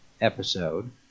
episode